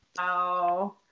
wow